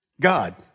God